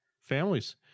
families